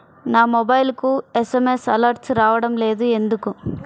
నా మొబైల్కు SMS alerts రావడం లేదు ఎందుకు?